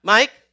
Mike